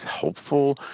helpful